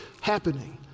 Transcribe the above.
happening